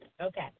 Okay